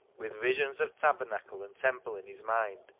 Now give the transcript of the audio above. with visions of tabernacle and temple in his mind,